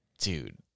dude